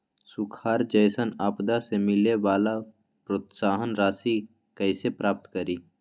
सुखार जैसन आपदा से मिले वाला प्रोत्साहन राशि कईसे प्राप्त करी?